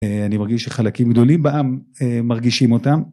אני מרגיש שחלקים גדולים בעם מרגישים אותם.